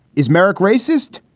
is, meric racist?